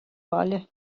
bhaile